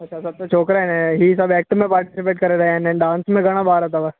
अच्छा सत छोकिरा आहिनि ऐं हीअ सभु एक्ट में पार्टिसिपेट करे रहिया आहिनि ऐं डांस में घणा ॿार अथव